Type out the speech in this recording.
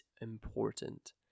important